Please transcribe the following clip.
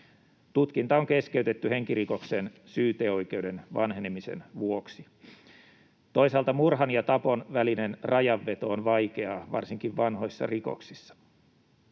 tutkinta on keskeytetty henkirikoksen syyteoikeuden vanhenemisen vuoksi. Toisaalta murhan ja tapon välinen rajanveto on vaikeaa, varsinkin vanhoissa rikoksissa.